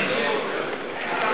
תודה